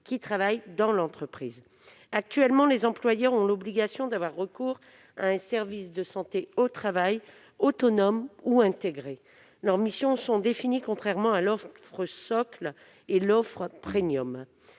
qui travaillent dans l'entreprise. Actuellement, les employeurs ont l'obligation d'avoir recours à un service de santé au travail autonome ou intégré, dont les missions sont définies, contrairement à ce que prévoient l'offre socle